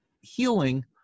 healing